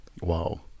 wow